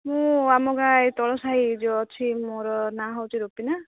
ମୁଁ ଆମ ଗାଁ ଏ ତଳ ସାହି ଯେଉଁ ଅଛି ମୋର ନାଁ ହେଉଛି ରୁପିନା